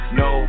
no